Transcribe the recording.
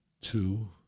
two